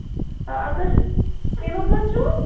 آ آ تُہۍ چھِو سر چھِو حظ